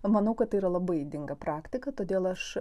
manau kad tai yra labai ydinga praktika todėl aš